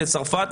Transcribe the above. לצרפת,